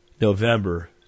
November